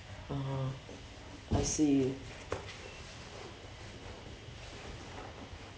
oh I see